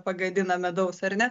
pagadina medaus ar ne